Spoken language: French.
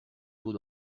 taux